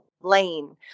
lane